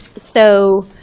so